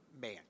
man